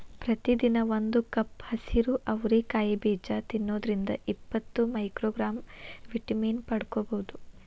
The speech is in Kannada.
ಪ್ರತಿದಿನ ಒಂದು ಕಪ್ ಹಸಿರು ಅವರಿ ಕಾಯಿ ಬೇಜ ತಿನ್ನೋದ್ರಿಂದ ಇಪ್ಪತ್ತು ಮೈಕ್ರೋಗ್ರಾಂ ವಿಟಮಿನ್ ಪಡ್ಕೋಬೋದು